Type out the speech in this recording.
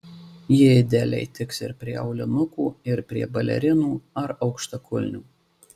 ji idealiai tiks ir prie aulinukų ir prie balerinų ar aukštakulnių